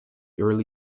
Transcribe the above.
early